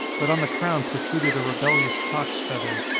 but on the crown protruded a rebellious cock's feather.